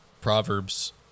Proverbs